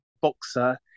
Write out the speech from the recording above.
boxer